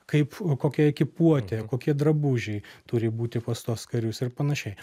kaip kokia ekipuotė kokie drabužiai turi būti pas tuos karius ir panašiai